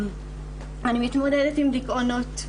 אני מתמודדת עם דיכאונות,